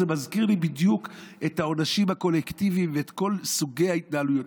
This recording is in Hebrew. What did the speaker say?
זה מזכיר לי בדיוק את העונשים הקולקטיביים ואת כל סוגי ההתנהלויות.